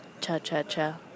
Cha-cha-cha